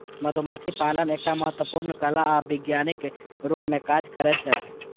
मधुमाछी पालन एकटा महत्वपूर्ण कला आ विज्ञानक रूप मे काज करै छै